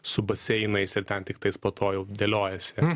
su baseinais ir ten tiktais po to jau dėliojasi